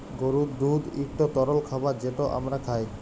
গরুর দুহুদ ইকট তরল খাবার যেট আমরা খাই